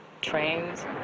Trains